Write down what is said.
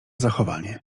zachowanie